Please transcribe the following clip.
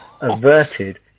averted